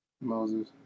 Moses